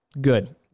good